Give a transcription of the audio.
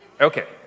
Okay